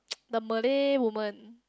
the malay woman